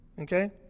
okay